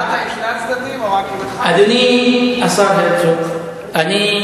לאשה שיש לה בעיה עם בחירת צבע עדשות המגע שלה,